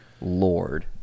lord